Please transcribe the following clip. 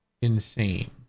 insane